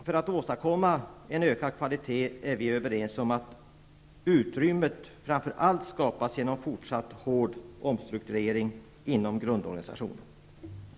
För att åstadkomma ökad kvalitet är vi överens om att utrymmet framför allt skapas med hjälp av en fortsatt hård omstrukturering inom grundorganisationen.